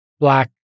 black